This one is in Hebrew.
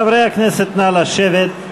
חברי הכנסת, נא לשבת.